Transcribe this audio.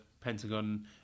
Pentagon